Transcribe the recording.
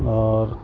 اور